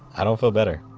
i don't feel better,